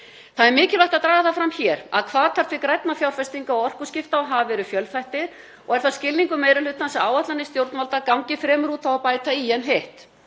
Það er mikilvægt að draga það fram hér að hvatar til grænna fjárfestinga og orkuskipta hafa verið fjölþættir og er það skilningur meiri hlutans að áætlanir stjórnvalda gangi fremur út á að bæta í en hitt.